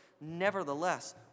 nevertheless